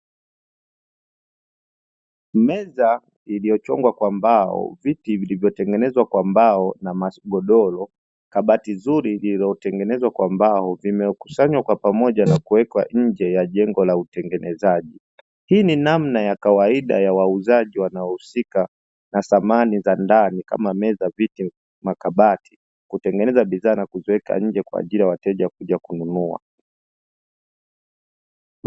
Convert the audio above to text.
Meza iliyochongwa kwa mbao, viti vilivyotengenezwa kwa mbao, na magodoro, kabati nzuri iliyotengenezwa kwa mbao; vimekusanywa kwa pamoja na kuwekwa nje ya jengo la utengenezaji. Hii ni namna ya kawaida ya wauzaji wanaohusika na samani za ndani, kama meza, viti, makabati; kutengeneza bidhaa na kuziweka nje kwa ajili ya wateja kuja kununua.